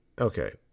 Okay